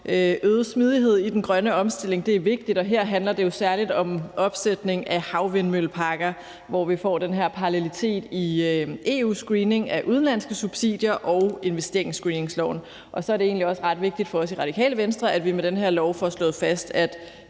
øget smidighed i den grønne omstilling er vigtigt. Her handler det jo særligt om opsætning af havvindmølleparker, hvor vi får en parallelitet i EU's screening af udenlandske subsidier og investeringsscreeningsloven. Og så er det egentlig også ret vigtigt for os i Radikale Venstre, at vi med den her lov får slået fast,